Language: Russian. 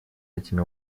этими